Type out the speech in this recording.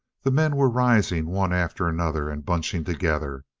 the men were rising, one after another, and bunching together.